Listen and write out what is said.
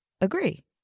Agree